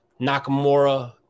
Nakamura